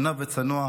עניו וצנוע,